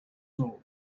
nul